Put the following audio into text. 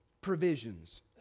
Provisions